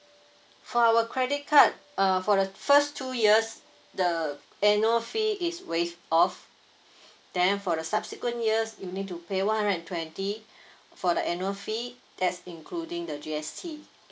for our credit card uh for the first two years the annual fee is waive off then for the subsequent years you need to pay one hundred for the annual fee that's including the G_S_T